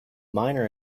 miner